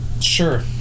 Sure